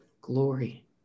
glory